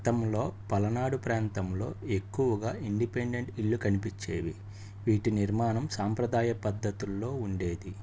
గతంలో పలనాడు ప్రాంతంలో ఎక్కువగా ఇండిపెండెంట్ ఇళ్ళు కనిపించేవి వీటి నిర్మాణం సాంప్రదాయ పద్ధతుల్లో ఉండేది